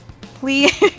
please